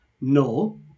No